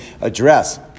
address